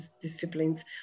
disciplines